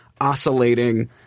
oscillating